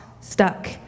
stuck